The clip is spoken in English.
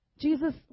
Jesus